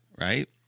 right